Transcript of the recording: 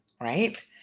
right